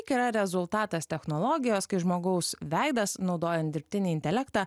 yra rezultatas technologijos kai žmogaus veidas naudojant dirbtinį intelektą